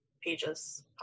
pages